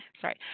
sorry